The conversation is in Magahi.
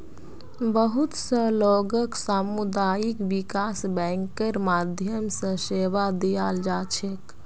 बहुत स लोगक सामुदायिक विकास बैंकेर माध्यम स सेवा दीयाल जा छेक